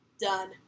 done